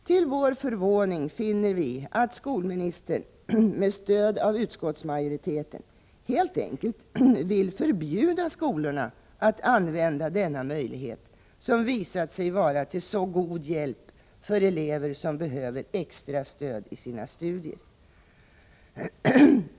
Till vår förvåning finner vi att skolministern — med stöd av utskottsmajoriteten — helt enkelt vill förbjuda skolorna att använda denna möjlighet som visat sig vara till så god hjälp för elever som behöver extra stöd i sina studier.